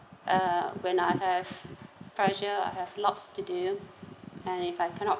uh when I have pressure I have lots to do and if I cannot